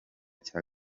cya